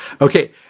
Okay